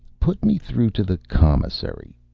put me through to the commissary.